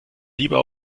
lieber